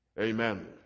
amen